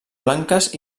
blanques